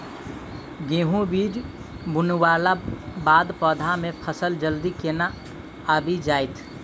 गेंहूँ बीज बुनला बाद पौधा मे फसल जल्दी केना आबि जाइत?